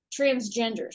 transgenders